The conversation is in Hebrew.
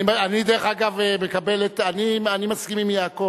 דרך אגב, אני מסכים עם יעקב.